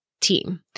team